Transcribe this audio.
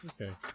Okay